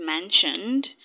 mentioned